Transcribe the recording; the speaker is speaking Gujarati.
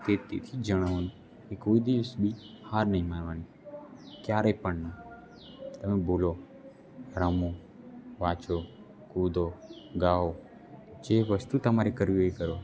તેથી જણાવવાનું કે કોઈ દિવસ બી હાર નહીં માનવાની ક્યારે પણ નહીં તમે બોલો રમો વાચો કૂદો ગાઓ જે વસ્તુ તમારે કરવી હોય એ કરો